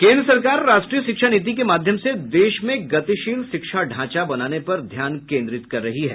केन्द्र सरकार राष्ट्रीय शिक्षा नीति के माध्यम से देश में गतिशील शिक्षा ढांचा बनाने पर ध्यान केंद्रित कर रही है